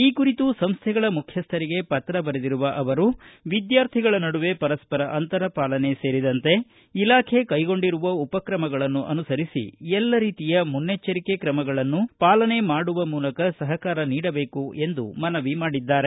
ಈ ಕುರಿತು ಸಂಸ್ಥೆಗಳ ಮುಖ್ಯಸ್ಥರಿಗೆ ಪತ್ರ ಬರೆದಿರುವ ಅವರು ವಿದ್ಯಾರ್ಥಿಗಳ ನಡುವೆ ಪರಸ್ಪರ ಅಂತರ ಪಾಲನೆ ಸೇರಿದಂತೆ ಇಲಾಖೆ ಕೈಗೊಂಡಿರುವ ಉಪಕ್ರಮಗಳನ್ನು ಅನುಸರಿಸಿ ಎಲ್ಲ ರೀತಿಯ ಮುನ್ನೆಚ್ಚರಿಕೆ ಕ್ರಮಗಳನ್ನು ಪಾಲನೆ ಮಾಡುವ ಮೂಲಕ ಸಹಕಾರ ನೀಡಬೇಕು ಎಂದು ಮನವಿ ಮಾಡಿದ್ದಾರೆ